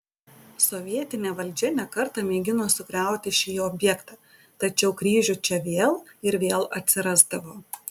sovietinė valdžia ne kartą mėgino sugriauti šį objektą tačiau kryžių čia vėl ir vėl atsirasdavo